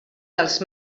dels